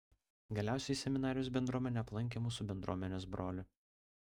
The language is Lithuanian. galiausiai seminarijos bendruomenė aplankė mūsų bendruomenės brolį